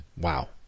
Wow